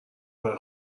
بره